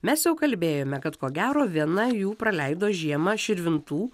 mes jau kalbėjome kad ko gero viena jų praleido žiemą širvintų